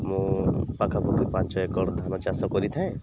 ମୁଁ ପାଖାପାଖି ପାଞ୍ଚ ଏକର ଧାନ ଚାଷ କରିଥାଏଁ